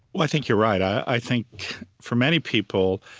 i think you're right. i think for many people,